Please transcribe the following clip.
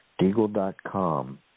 Deagle.com